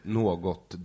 något